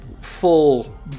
full